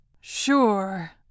Sure